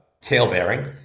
tail-bearing